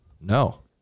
No